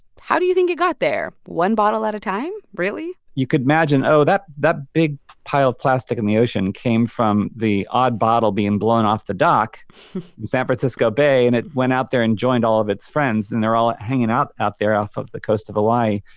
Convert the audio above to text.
how do you think it got there? one bottle at a time, really? you could imagine, oh, that that big pile of plastic in the ocean came from the odd bottle being blown off the dock in san francisco bay and it went out there and joined all of its friends, and they're all hanging out out there off of the coast of hawaii.